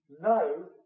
no